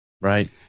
Right